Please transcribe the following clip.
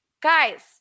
guys